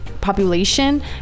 population